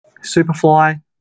Superfly